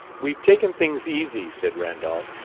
we've taken things easy, said randolph,